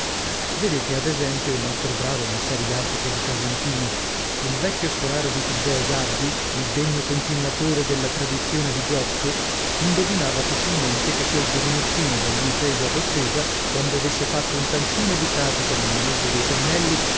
vedete ad esempio il nostro bravo messer jacopo di casentino il vecchio scolaro di taddeo gaddi il degno continuatore della tradizione di giotto indovinava facilmente che quel giovinottino da lui preso a bottega quando avesse fatto un tantino di pratica nel maneggio dei pennelli